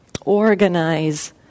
organize